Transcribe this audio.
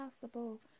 possible